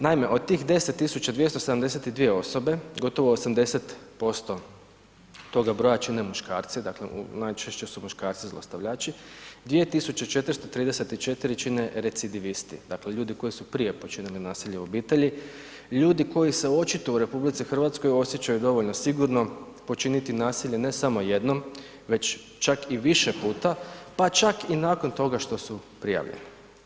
Naime, od tih 10272 osobe, gotovo 80% toga broja čine muškarci, dakle najčešće su muškarci zlostavljači, 2434 čine recidivisti, dakle ljudi koji su prije počinili nasilje u obitelji, ljudi koji se očito u RH osjećaju dovoljno sigurnom počiniti nasilje ne samo jednom već čak i više puta pa čak i nakon toga što su prijavljeni.